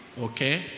Okay